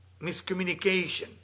Miscommunication